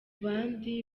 bandi